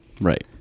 right